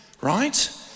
right